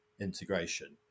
integration